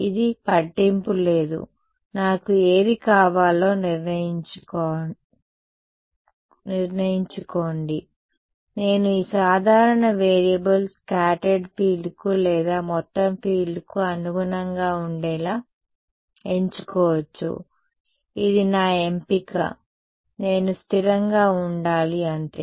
ఇది పట్టింపు లేదు నాకు ఏది కావాలో నిర్ణయించుకోండి నేను ఈ సాధారణ వేరియబుల్ స్కాటర్డ్ ఫీల్డ్కు లేదా మొత్తం ఫీల్డ్కు అనుగుణంగా ఉండేలా ఎంచుకోవచ్చు ఇది నా ఎంపిక నేను స్థిరంగా ఉండాలి అంతే